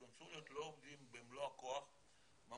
קבוצה אחת תגיע כמו עולים חדשים לכל דבר והקבוצה השנייה אלה